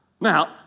Now